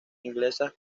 inglesas